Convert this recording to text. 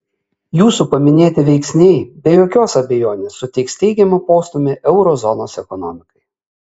jūsų paminėti veiksniai be jokios abejonės suteiks teigiamą postūmį euro zonos ekonomikai